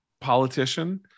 politician